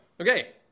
Okay